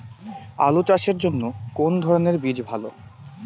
আলু চাষের জন্য কোন ধরণের বীজ ভালো?